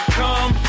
come